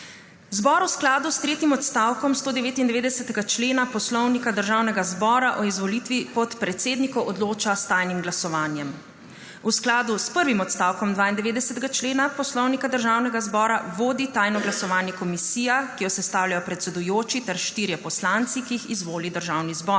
Zbor v skladu s tretjim odstavkom 199. člena Poslovnika Državnega zbora o izvolitvi podpredsednikov odloča s tajnim glasovanjem. V skladu s prvim odstavkom 92. člena Poslovnika Državnega zbora vodi tajno glasovanje komisija, ki jo sestavljajo predsedujoči ter štirje poslanci, ki jih izvoli državni zbor.